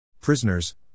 Prisoners